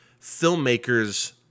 filmmakers